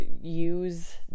use